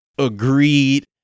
agreed